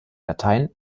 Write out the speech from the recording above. latein